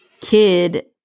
kid